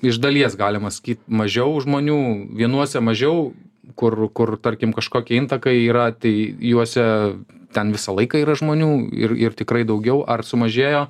iš dalies galima sakyt mažiau žmonių vienuose mažiau kur kur tarkim kažkokie intakai yra tai juose ten visą laiką yra žmonių ir ir tikrai daugiau ar sumažėjo